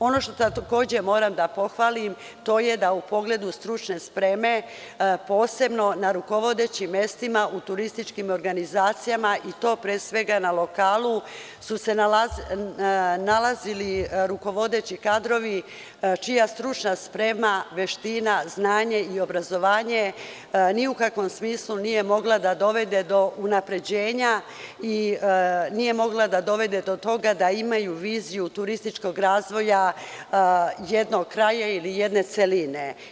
Ono što takođe moram da pohvalim, to je da u pogledu stručne spreme, posebno na rukovodećim mestima u turističkim organizacijama i to pre svega na lokalu su se nalazili rukovodeći kadrovi, čija stručna sprema, veština, znanje, obrazovanje ni u kakvom smislu nije mogla da dovede do unapređenja i nije mogla da dovede do toga da imaju viziju turističkog razvoja jednog kraja ili jedne celine.